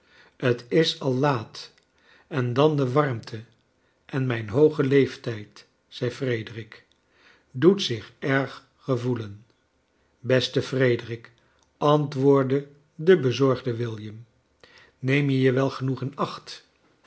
t is al laat en dan de warmte en mijn hooge leeftijd zei frederick doet zich erg gevoelen beste frederick antwoordde de bezorgde william neem je je wel genoeg in acht